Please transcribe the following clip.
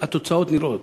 והתוצאות נראות.